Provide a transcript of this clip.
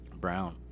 Brown